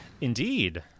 Indeed